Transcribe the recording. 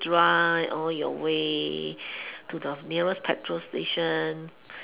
drive all your way to the nearest petrol station